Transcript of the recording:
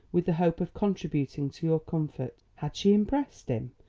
with the hope of contributing to your comfort. had she impressed him?